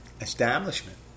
establishment